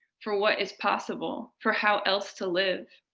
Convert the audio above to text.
for what is possible, for how else to live.